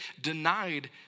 denied